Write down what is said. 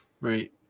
Right